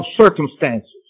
circumstances